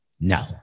No